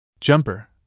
Jumper